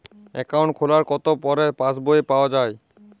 Account খোলার কতো পরে পাস বই পাওয়া য়ায়?